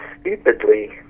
stupidly